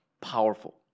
Powerful